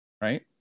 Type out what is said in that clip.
right